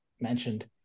mentioned